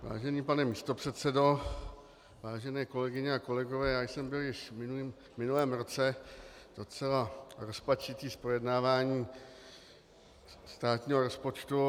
Vážený pane místopředsedo, vážené kolegyně a kolegové, byl jsem již v minulém roce docela rozpačitý z projednávání státního rozpočtu.